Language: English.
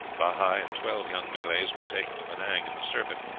bahi and twelve young malays were taken to penang in the serpent,